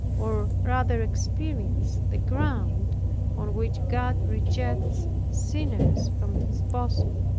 or rather experienced the ground on which god rejects sinners from his bosom.